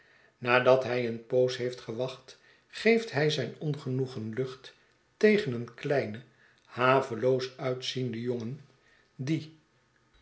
nadat hij eene poos heeft gewacht geeft hij zyn ongenoegen lucht tegen een kleinen haveloos uitzienden jongen die